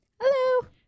Hello